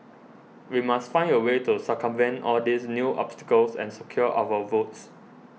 we must find a way to circumvent all these new obstacles and secure our votes